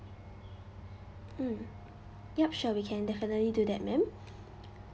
mm yup sure we can definitely do that ma'am